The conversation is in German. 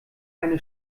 eine